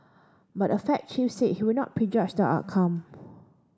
but the Fed chief said he would not prejudge the outcome